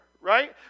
right